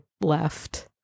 left